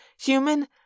human